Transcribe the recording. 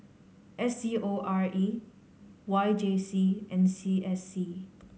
S C O R E Y J C and C S C